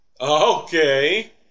Okay